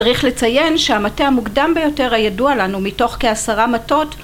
צריך לציין שהמטה המוקדם ביותר הידועה לנו מתוך כעשרה מטות